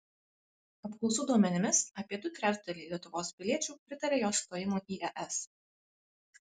apklausų duomenimis apie du trečdaliai lietuvos piliečių pritaria jos stojimui į es